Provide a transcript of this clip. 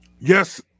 yes